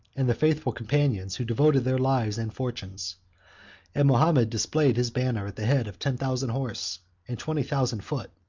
and the faithful companions who devoted their lives and fortunes and mahomet displayed his banner at the head of ten thousand horse and twenty thousand foot.